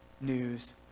news